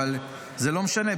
אבל זה לא משנה.